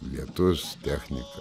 lietus technika